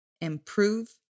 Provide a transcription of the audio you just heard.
improve